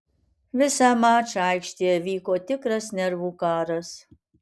visą mačą aikštėje vyko tikras nervų karas